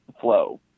flow